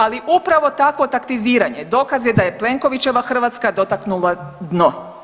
Ali upravo takvo taktiziranje dokaz je da je Plenkovićeva Hrvatska dotaknula dno.